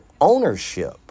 ownership